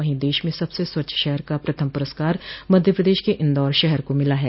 वहीं देश में सबसे स्वच्छ शहर का प्रथम पुरस्कार मध्य प्रदेश के इंदौर शहर को मिला है